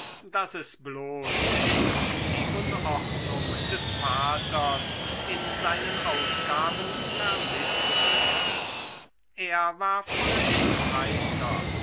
daß es bloß durch die unordnung des vaters in seinen ausgaben vermißt wurde er war fröhlich und heiter